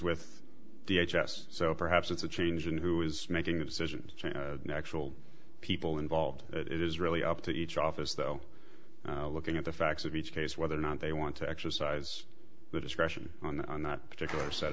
with the h s so perhaps it's a change in who is making the decisions and actual people involved it is really up to each office though looking at the facts of each case whether or not they want to exercise their discretion on that particular set